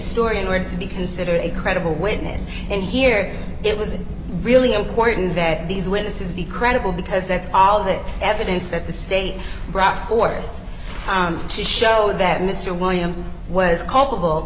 story in order to be considered a credible witness and here it was really important that these witnesses be credible because that's all that evidence that the state brought forward to show that mr williams was culpable